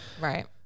Right